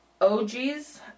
OG's